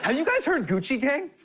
yeah you guys heard gucci gang?